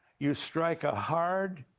you strike a hard